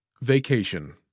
Vacation